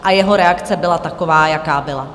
A jeho reakce byla taková, jaká byla.